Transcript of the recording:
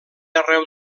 arreu